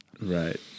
Right